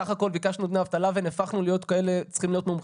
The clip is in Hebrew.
בסך הכל ביקשנו דמי אבטלה והפכנו להיות כאלה צריכים להיות מומחים.